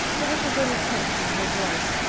there was a little catch in her voice.